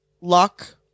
luck